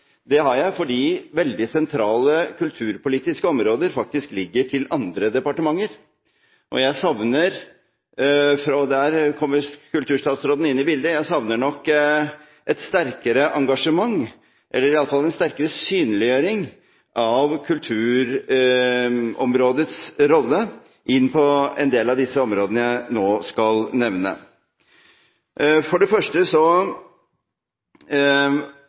kommer kulturstatsråden inn i bildet – et sterkere engasjement eller i alle fall en sterkere synliggjøring av kulturområdets rolle i en del av disse områdene jeg nå skal nevne. For det første